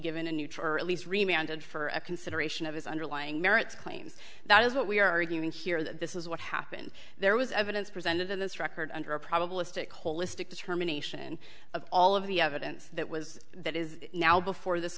given a neutral or at least reminded for a consideration of his underlying merits claims that is what we are arguing here that this is what happened there was evidence presented in this record under a probabilistic holistic determination of all of the evidence that was that is now before this